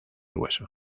hueso